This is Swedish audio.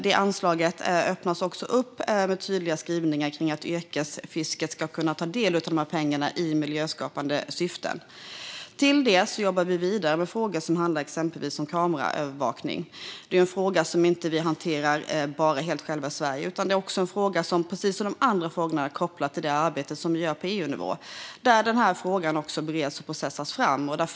Det öppnar också, genom tydliga skrivningar, upp för att yrkesfisket ska kunna ta del av de pengarna genom miljöskapande syften. Utöver det jobbar vi vidare med frågor om exempelvis kameraövervakning. Det är en fråga som Sverige inte bara hanterar självt, utan det är precis som de andra frågorna kopplat till det arbete vi gör på EU-nivå. Också där bereds och processas den här frågan.